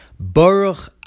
Baruch